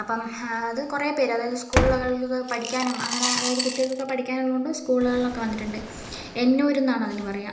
അപ്പം അത് കുറെ പേര് അതായത് സ്കൂളുകളിൽ പഠിക്കാനും അങ്ങനെ അതായത് കുട്ടികൾക്കൊക്കെ പഠിക്കാനുള്ളോണ്ട് സ്കൂളുകളിലൊക്കെ വന്നിട്ടുണ്ട് എന്നൂര്ന്നാണ് അതിനു പറയാ